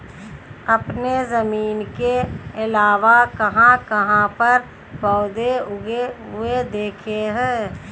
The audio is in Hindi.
आपने जमीन के अलावा कहाँ कहाँ पर पौधे उगे हुए देखे हैं?